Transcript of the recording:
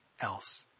else